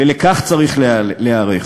ולכך צריך להיערך.